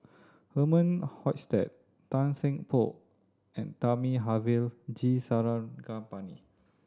Herman Hochstadt Tan Seng Poh and Thamizhavel G Sarangapani